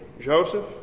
Joseph